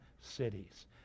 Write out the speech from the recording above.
cities